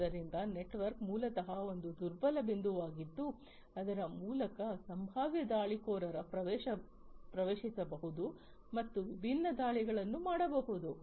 ಆದ್ದರಿಂದ ನೆಟ್ವರ್ಕ್ ಮೂಲತಃ ಒಂದು ದುರ್ಬಲ ಬಿಂದುವಾಗಿದ್ದು ಇದರ ಮೂಲಕ ಸಂಭಾವ್ಯ ದಾಳಿಕೋರರು ಪ್ರವೇಶಿಸಬಹುದು ಮತ್ತು ವಿಭಿನ್ನ ದಾಳಿಗಳನ್ನು ಮಾಡಬಹುದು